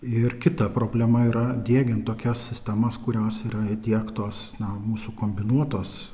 ir kita problema yra diegiant tokias sistemas kurios yra tiektos nuo mūsų kombinuotos